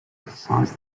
exercise